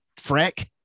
Freck